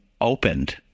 opened